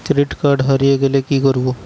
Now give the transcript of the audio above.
Credit card হারিয়ে গেলে কি করব?